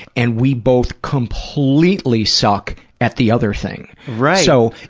and we both completely suck at the other thing. right. so,